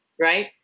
right